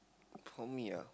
for me ah